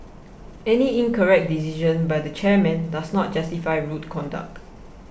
any incorrect decision by the chairman does not justify rude conduct